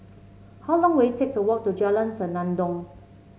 how long will it take to walk to Jalan Senandong